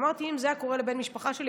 ואמרתי: אם זה היה קורה לבן משפחה שלי,